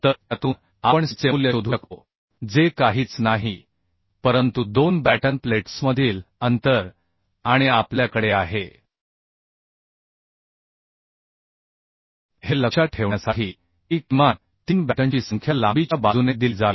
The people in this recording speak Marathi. तर त्यातून आपण c चे मूल्य शोधू शकतो जे काहीच नाही परंतु दोन बॅटन प्लेट्समधील अंतर आणि आपल्याकडे आहे हे लक्षात ठेवण्यासाठी की किमान तीन बॅटनची संख्या स्तंभ लांबीच्या बाजूने दिली जावी